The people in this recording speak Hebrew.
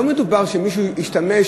לא מדובר בזה שמישהו השתמש,